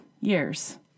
years